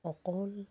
অকল